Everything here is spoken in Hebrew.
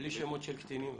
בלי שמות של קטינים בבקשה.